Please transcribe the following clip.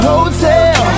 Hotel